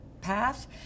path